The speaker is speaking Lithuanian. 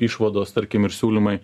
išvados tarkim ir siūlymai